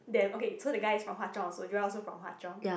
them okay so the guy is from Hwa Chong also Joel also from Hwa Chong